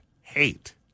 hate